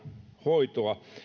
hoitoa